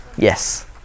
Yes